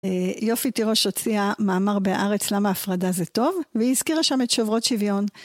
יופי תירוש הוציאה, מאמר בארץ למה הפרדה זה טוב, והיא הזכירה שם את שוברות שוויון.